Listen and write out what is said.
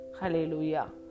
Hallelujah